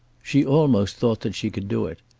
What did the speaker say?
she almost thought that she could do it.